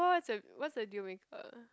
what's a what's a deal maker